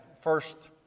first